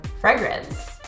fragrance